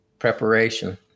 preparation